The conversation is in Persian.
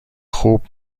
خوب